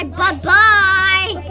bye-bye